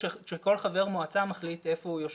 כשכל חבר מועצה מחליט איפה הוא יושב,